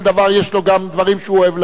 יש לו גם דברים שהוא אוהב להדגיש.